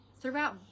throughout